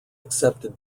accepted